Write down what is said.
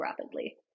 rapidly